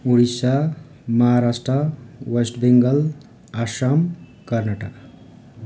Odisha Maharashtra West Bengal Assam Karnataka